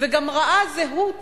וגם ראה זהות